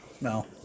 No